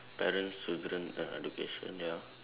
parents children and education ya